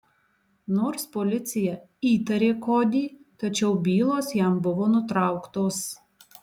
nors policija įtarė kodį tačiau bylos jam buvo nutrauktos